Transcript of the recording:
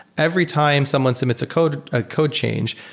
every time someone submits a code, a code change,